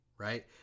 Right